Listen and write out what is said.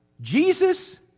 Jesus